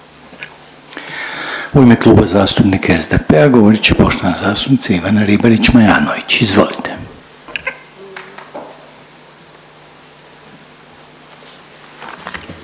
u ime Kluba zastupnika HDZ-a govoriti poštovani zastupnik Ivan Bosančić. Izvolite.